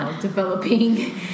developing